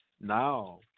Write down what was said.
Now